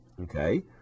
okay